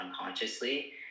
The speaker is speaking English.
unconsciously